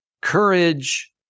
courage